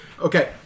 Okay